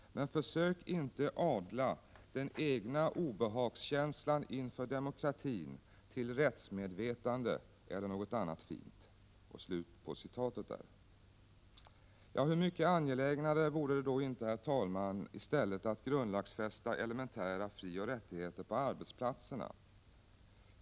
Men försök inte adla den egna obehagskänslan inför demokratin till rättsmedvetande eller något annat fint.” Hur mycket angelägnare vore det inte, herr talman, att i stället grundlagsfästa elementära frioch rättigheter på arbetsplatserna.